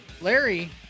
Larry